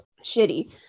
shitty